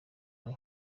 nari